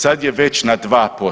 Sad je već na 2%